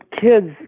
kids